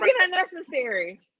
unnecessary